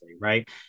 right